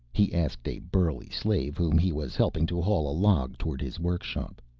he asked a burly slave whom he was helping to haul a log towards his workshop.